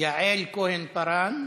יעל כהן-פארן,